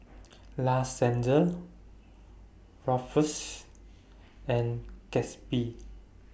La Senza Ruffles and Gatsby